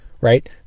Right